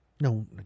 No